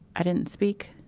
i didn't speak.